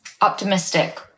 optimistic